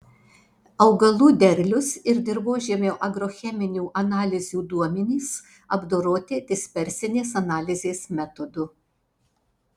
augalų derlius ir dirvožemio agrocheminių analizių duomenys apdoroti dispersinės analizės metodu